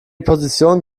position